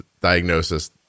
diagnosis